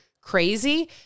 crazy